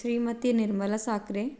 Shrimati Nirmala Sakre